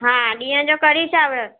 हा ॾींहं जो कढी चांवर